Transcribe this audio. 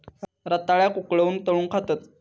रताळ्याक उकळवून, तळून खातत